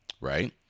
right